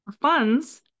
funds